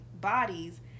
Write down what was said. bodies